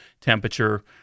temperature